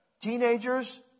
Teenagers